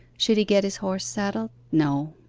should he get his horse saddled? no.